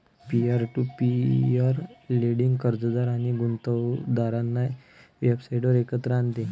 peer to peer lending कर्जदार आणि गुंतवणूकदारांना वेबसाइटवर एकत्र आणते